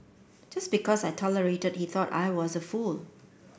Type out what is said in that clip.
just because I tolerated that he thought I was a fool